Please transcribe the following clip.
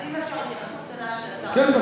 אז אם אפשר, התייחסות קטנה של השר, כן.